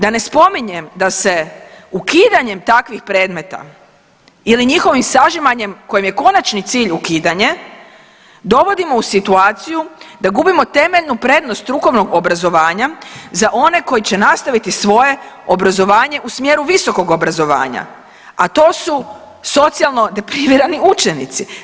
Da ne spominjem da se ukidanjem takvih predmeta ili njihovim sažimanjem kojem je konačni cilj ukidanje dovodimo u situaciju da gubimo temeljnu prednost strukovnog obrazovanja za one koji će nastaviti svoje obrazovanje u smjeru visokog obrazovanja, a to su socijalno deprivirani učenici.